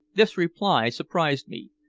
this reply surprised me.